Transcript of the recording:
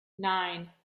nine